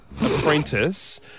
apprentice